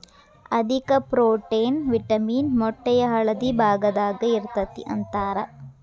ಅಧಿಕ protein, vitamin ಮೊಟ್ಟೆಯ ಹಳದಿ ಭಾಗದಾಗ ಇರತತಿ ಅಂತಾರ